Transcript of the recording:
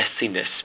messiness